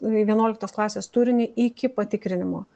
į vienuoliktos klasės turinį iki patikrinimo